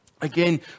Again